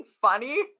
funny